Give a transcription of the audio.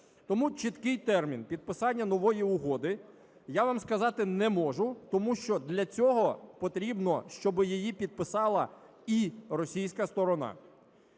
Тому чіткий термін підписання нової угоди я вам сказати не можу, тому що для цього потрібно, щоби її підписала і російська сторона.